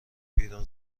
بیرون